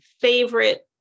favorite